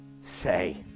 say